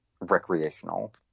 recreational